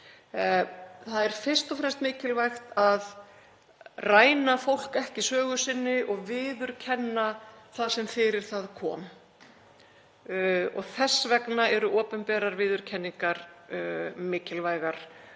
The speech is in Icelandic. Það er fyrst og fremst mikilvægt að ræna fólk ekki sögu sinni og viðurkenna það sem fyrir það kom. Þess vegna eru opinberar viðurkenningar mikilvægar og